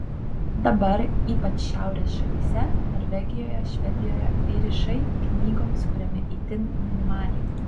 dabar ypač šiaurės šalyse norvegijoje švedijoje įrišai knygoms kuriami itin minimaliai